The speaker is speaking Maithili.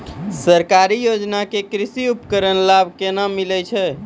सरकारी योजना के कृषि उपकरण लाभ केना मिलै छै?